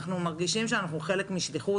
אנחנו מרגישים שאנחנו חלק משליחות.